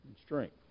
strength